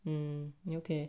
mm nuclear